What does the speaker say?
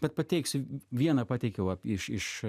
bet pateiksiu vieną pateikiau vat iš iš